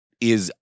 is-